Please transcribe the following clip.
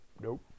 nope